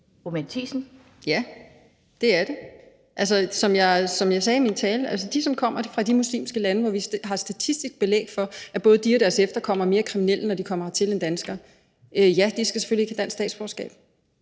Ja, det er det. Som jeg sagde i min tale: De, der kommer fra de muslimske lande, hvor vi har statistisk belæg for, at både de og deres efterkommere er mere kriminelle, når de kommer hertil, end danskere, skal selvfølgelig ikke have dansk statsborgerskab.